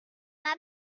paire